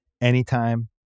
Anytime